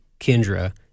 Kendra